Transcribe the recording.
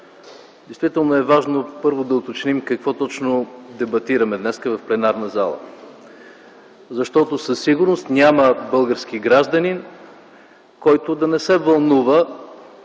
Действително е важно, първо, да уточним какво точно дебатираме днес в пленарна зала, защото със сигурност няма български гражданин, който да не се вълнува